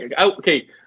okay